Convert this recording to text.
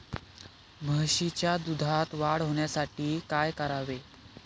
म्हशीच्या दुधात वाढ होण्यासाठी काय करावे?